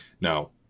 Now